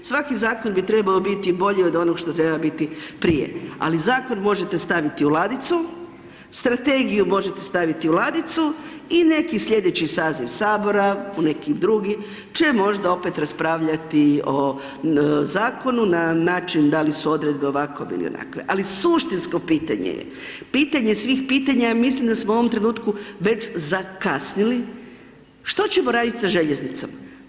Svaki zakon bi trebao biti bolji od onog što treba biti prije ali zakon možete staviti u ladicu, strategiju možete staviti u ladicu i neki slijedeći saziv Sabora, u neki drugi će možda opet raspravljati o zakonu na način da li su odredbe ovakve ili onakve ali suštinsko pitanje je pitanje, pitanje svih pitanja, mislim da smo u ovom trenutku već zakasnili, što ćemo raditi sa željeznicom?